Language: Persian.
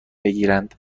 بگیرند